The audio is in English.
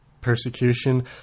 persecution